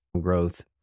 growth